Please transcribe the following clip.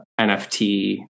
NFT